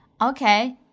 Okay